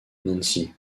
nancy